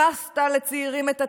הרסת לצעירים את התקווה,